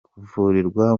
kuvurirwa